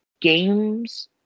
games